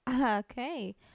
okay